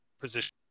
position